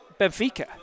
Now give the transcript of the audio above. Benfica